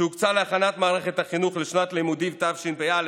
שהוקצה להכנת מערכת החינוך לשנת הלימודים תשפ"א,